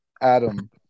Adam